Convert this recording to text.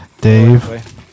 Dave